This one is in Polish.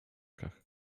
kach